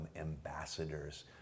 ambassadors